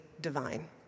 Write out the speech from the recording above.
divine